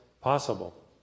possible